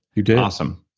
you do awesome.